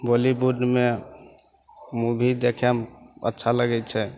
बॉलीवुडमे मूवी देखैमे अच्छा लागै छै